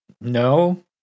no